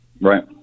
Right